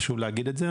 חשוב להגיד את זה.